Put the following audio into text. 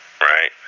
right